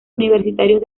universitarios